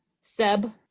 Seb